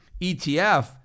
ETF